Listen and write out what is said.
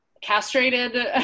castrated